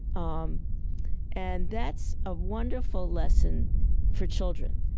um and that's a wonderful lesson for children.